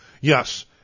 Yes